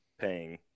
paying